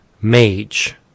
Mage